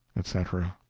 etc.